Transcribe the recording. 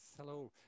hello